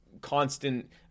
constant